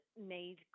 need